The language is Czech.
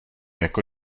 jako